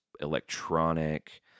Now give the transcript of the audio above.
electronic